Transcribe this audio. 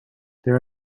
there